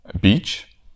beach